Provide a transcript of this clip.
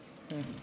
ההצהרה)